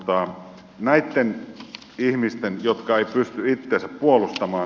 nämä ihmiset eivät pysty itseään puolustamaan